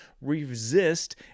resist